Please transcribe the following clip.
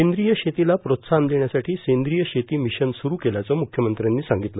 सेंद्रिय शेतीला प्रोत्साहन देण्यासाठी सेंद्रिय शेती मिशन सुरु केल्याचं मुख्यमंत्र्यांनी सांगितलं